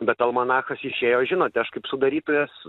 bet almanachas išėjo žinote aš kaip sudarytojas